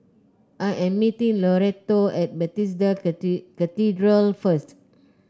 I am meeting Loretto at Bethesda Cathedral first